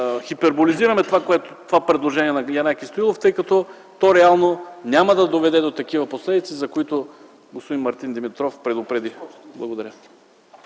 хиперболизираме това предложение на Янаки Стоилов, тъй като то реално няма да доведе до такива последици, за които господин Мартин Димитров предупреди. Благодаря.